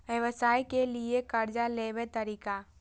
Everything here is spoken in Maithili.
व्यवसाय के लियै कर्जा लेबे तरीका?